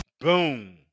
Boom